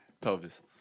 pelvis